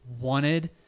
wanted